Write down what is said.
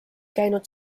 käinud